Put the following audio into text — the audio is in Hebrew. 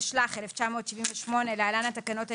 התשל"ח-1978 (להלן התקנות העיקריות),